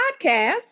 Podcast